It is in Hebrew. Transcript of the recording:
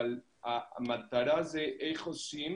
אבל המטרה זה איך עושים